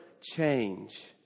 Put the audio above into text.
change